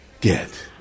get